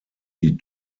die